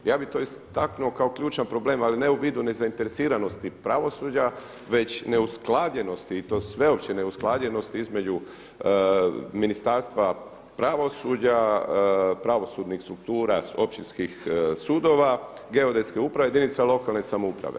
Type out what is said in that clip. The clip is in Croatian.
Ja bih to istaknuo kao ključan problem, ali ne u vidu nezainteresiranosti pravosuđa već neusklađenosti i to sveopće neusklađenosti između Ministarstva pravosuđa, pravosudnih struktura Općinskih sudova, Geodetske uprave, jedinica lokalne samouprave.